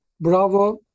Bravo